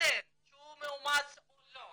מתחתן שהוא מאומץ או לא,